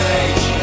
age